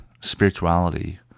spirituality